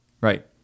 Right